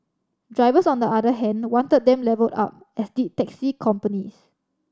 drivers on the other hand wanted them levelled up as did taxi companies